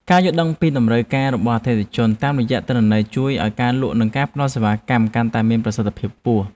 ការយល់ដឹងពីតម្រូវការរបស់អតិថិជនតាមរយៈទិន្នន័យជួយឱ្យការលក់ និងការផ្ដល់សេវាកម្មកាន់តែមានប្រសិទ្ធភាពខ្ពស់។